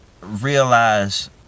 realize